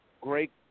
Great